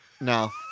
No